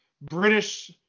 British